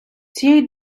цієї